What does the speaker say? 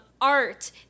art